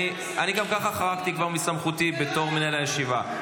אני גם ככה חרגתי מסמכותי בתור מנהל הישיבה.